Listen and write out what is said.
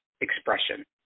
expression